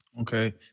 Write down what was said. Okay